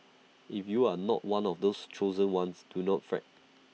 if you are not one of the chosen ones do not fret